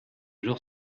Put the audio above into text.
jour